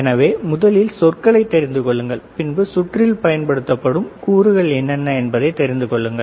எனவே முதலில் சொற்களை தெரிந்து கொள்ளுங்கள் பின்பு சுற்றில் பயன்படுத்தப்படும் கூறுகள் என்னென்ன என்பதை தெரிந்து கொள்ளுங்கள்